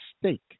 stake